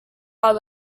pau